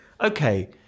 Okay